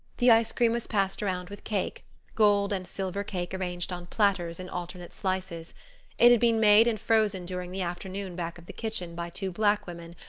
the ice-cream was passed around with cake gold and silver cake arranged on platters in alternate slices it had been made and frozen during the afternoon back of the kitchen by two black women,